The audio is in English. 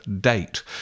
date